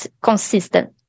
consistent